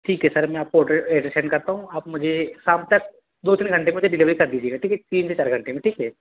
ठीक है सर मैं आपकों एड्रेस सेंड करता हूँ आप मुझे शाम तक दो तीन घंटे में मुझे डिलेवरी कर दीजिएगा ठीक है तीन से चार घंटे में ठीक है